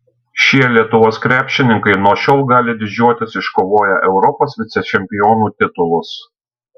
šie lietuvos krepšininkai nuo šiol gali didžiuotis iškovoję europos vicečempionų titulus